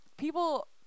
People